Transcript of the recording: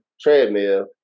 treadmill